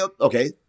okay